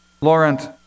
Laurent